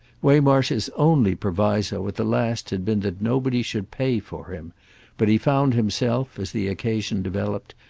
waymarsh's only proviso at the last had been that nobody should pay for him but he found himself, as the occasion developed,